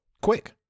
quick